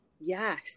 Yes